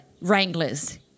wranglers